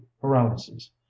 paralysis